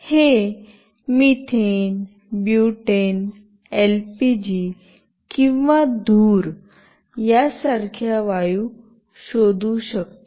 हे methane butane LPG किंवा धूर यासारख्या वायू शोधू शकतो